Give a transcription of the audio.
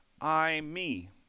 I-Me